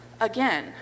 again